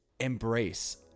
Embrace